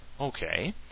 okay